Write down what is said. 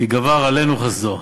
כי גבר עלינו חסדו".